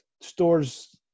stores